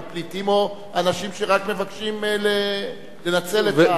פליטים או אנשים שרק מבקשים לנצל את הארץ.